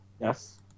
Yes